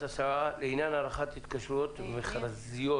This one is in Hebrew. השעה לעניין הארכת התקשרויות מכרזיות